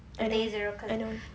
I know I know